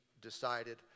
decided